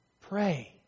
Pray